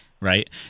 Right